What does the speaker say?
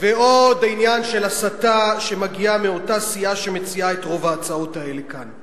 ועוד עניין של הסתה שמגיעה מאותה סיעה שמציעה את רוב ההצעות האלה כאן.